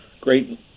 great